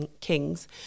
King's